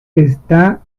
está